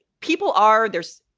people are there's,